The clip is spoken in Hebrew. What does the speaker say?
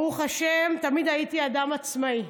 ברוך השם, תמיד הייתי אדם עצמאי.